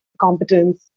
competence